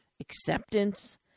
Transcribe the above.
acceptance